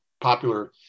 popular